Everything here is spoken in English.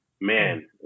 Man